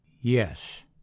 Yes